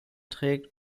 trägt